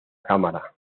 cámara